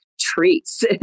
treats